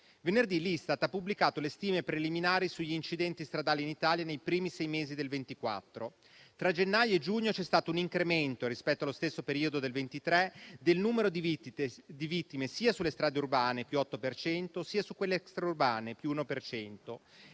Venerdì l'Istat ha pubblicato le stime preliminari sugli incidenti stradali in Italia nei primi sei mesi del 2024: tra gennaio e giugno c'è stato un incremento, rispetto allo stesso periodo del 2023, del numero di vittime sia sulle strade urbane (+8 per cento), sia su quelle extraurbane (+1